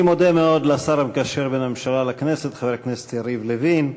אני מודה מאוד לשר המקשר בין הממשלה לכנסת חבר הכנסת יריב לוין.